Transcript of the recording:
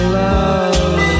love